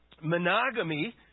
monogamy